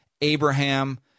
Abraham